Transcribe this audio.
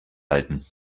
halten